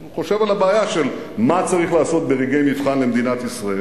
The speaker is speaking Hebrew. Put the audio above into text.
הוא חושב על הבעיה של מה צריך לעשות ברגעי מבחן למדינת ישראל.